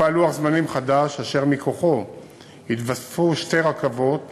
הופעל לוח זמנים חדש אשר מכוחו התווספו שתי רכבות